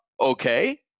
okay